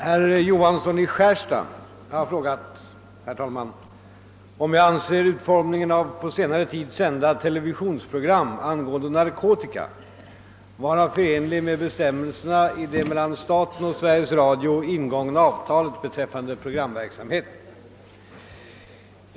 Herr talman! Herr Johansson i Skärstad har frågat om jag anser utformningen av på senare tid sända tele Visionsprogram angående narkotika vara förenlig med bestämmelserna i det mellan staten och Sveriges Radio ingångna avtalet beträffande program Verksamheten.